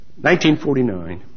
1949